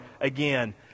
again